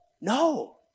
No